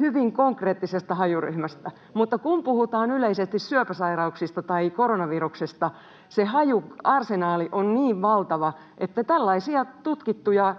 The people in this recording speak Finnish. hyvin konkreettisesta hajuryhmästä. Mutta kun puhutaan yleisesti syöpäsairauksista tai koronaviruksesta, se hajuarsenaali on niin valtava, että tällaisia tutkittuja,